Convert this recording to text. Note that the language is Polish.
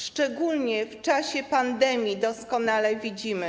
Szczególnie w czasie pandemii doskonale to widzimy.